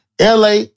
LA